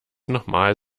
nochmal